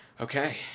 okay